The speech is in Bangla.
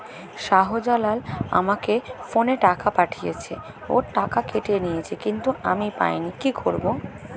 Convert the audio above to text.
শাহ্জালাল আমাকে ফোনে টাকা পাঠিয়েছে, ওর টাকা কেটে নিয়েছে কিন্তু আমি পাইনি, কি করব?